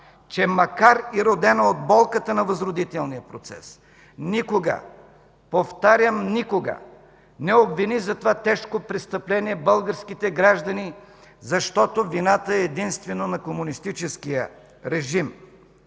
че макар и родена от болката на възродителния процес, никога, повтарям, никога не обвини за това тежко престъпление българските граждани, защото вината е единствено на комунистическия режим.